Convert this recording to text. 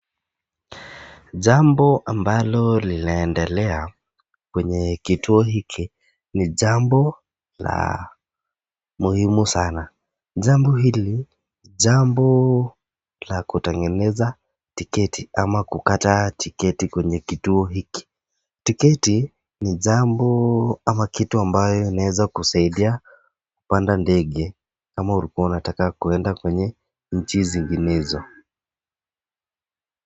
Jambo ambalo linaendelea kwenye kituo hiki ni jambo la muhimu sana, jambo hili ni jambo la kutengeneza tiketi kwenye kituo hiki, tiketi ni jambo mtu anaeza kusaidia kupanda ndege kama ulikuwa unataka kuenda kwenye nchi zinginezo.